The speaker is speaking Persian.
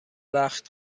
وقت